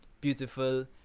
beautiful